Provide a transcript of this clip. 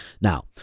Now